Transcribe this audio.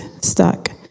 stuck